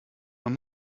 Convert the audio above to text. man